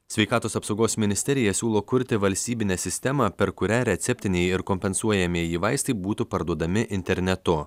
sveikatos apsaugos ministerija siūlo kurti valstybinę sistemą per kurią receptiniai ir kompensuojamieji vaistai būtų parduodami internetu